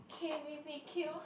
K-b_b_q